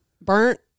Burnt